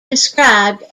described